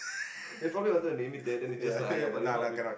they probably wanted to name it there then they just like !aiya! but it's not you